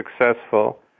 successful